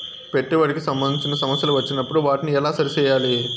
పెట్టుబడికి సంబంధించిన సమస్యలు వచ్చినప్పుడు వాటిని ఎలా సరి చేయాలి?